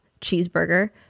cheeseburger